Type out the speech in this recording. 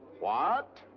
what?